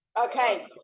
okay